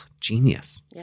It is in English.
genius